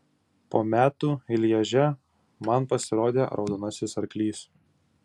po metų lježe man pasirodė raudonasis arklys